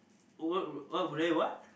what would what would I what